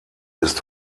ist